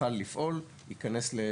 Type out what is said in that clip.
שהמערך הדיגיטלי הזה יוכל לפעול, ייכנס להפעלה.